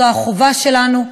זו החובה שלנו,